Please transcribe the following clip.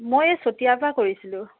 মই এই চতিয়াৰ পৰা কৰিছিলোঁ